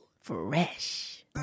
Fresh